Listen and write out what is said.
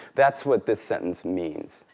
that's what this sentence means,